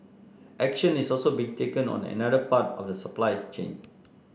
action is also being taken on another part of the supply chain